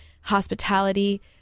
hospitality